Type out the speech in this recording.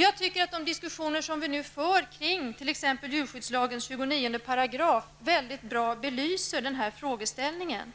Jag tycker att de diskussioner som vi nu för om t.ex. djurskyddslagens 29 § mycket bra belyser frågeställningen.